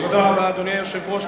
אדוני היושב-ראש,